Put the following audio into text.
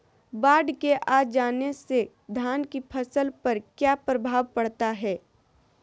बाढ़ के आ जाने से धान की फसल पर किया प्रभाव पड़ता है?